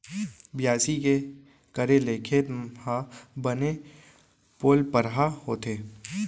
बियासी के करे ले खेत ह बने पोलपरहा होथे